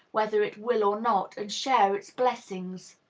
whether it will or not, and share its blessings.